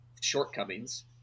shortcomings